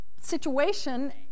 situation